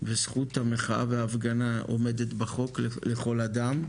וזכות המחאה וההפגנה עומדת בחוק לכל אדם,